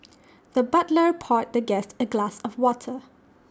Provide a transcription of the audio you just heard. the butler poured the guest A glass of water